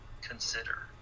consider